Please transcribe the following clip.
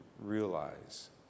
realize